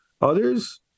others